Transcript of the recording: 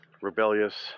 Rebellious